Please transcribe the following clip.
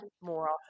more